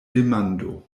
demando